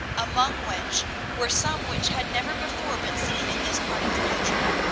among which were some which had never before been seen in this part of the country.